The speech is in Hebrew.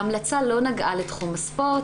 ההמלצה לא נגעה לתחום הספורט,